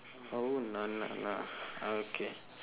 oh na na na okay